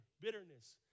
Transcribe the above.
bitterness